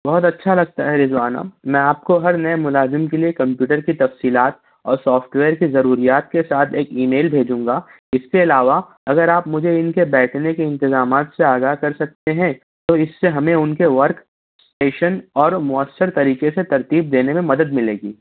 بہت اچھا لگتا ہے رضوانہ میں آپ کو ہر نئے مُلازم کے لیے کمپیوٹر کی تفصیلات اور سافٹ ویئر کی ضروریات کے ساتھ ایک ای میل بھیجوں گا اِس کے علاوہ اگر آپ مجھے اِن کے بیٹھنے کے اِنتظامات سے آگاہ کر سکتے ہیں تو اِس سے ہمیں اُن کے ورک پیشن اور مؤثر طریقہ سے ترتیب دینے میں مدد ملے گی